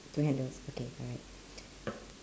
two handles okay alright